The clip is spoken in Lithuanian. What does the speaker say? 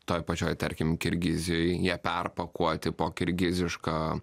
toj pačioj tarkim kirgizijoj ją perpakuoti po kirgiziška